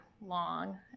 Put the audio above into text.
long